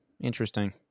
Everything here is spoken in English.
interesting